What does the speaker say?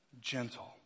gentle